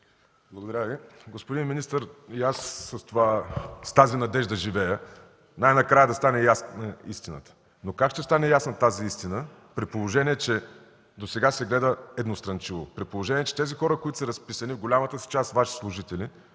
Благодаря Ви. Господин министър, и аз с тази надежда живея – най-накрая да стане ясна истината. Но как ще стане ясна тази истина, при положение че досега се гледа едностранчиво, при положение че тези хора, които са разпитани, в голямата си част Ваши служители,